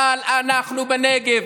אבל אנחנו בנגב,